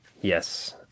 Yes